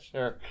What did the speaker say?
Sure